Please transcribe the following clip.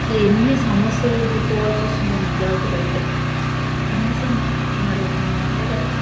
ఇట్లా ఎన్ని సమస్యలు ఎదుర్కోవాల్సి వస్తుందో విద్యార్థులు అయితే కనీసం మరి నార్మల్గా